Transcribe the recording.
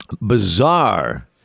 Bizarre